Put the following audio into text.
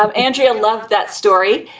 um andrea loved that story.